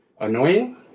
annoying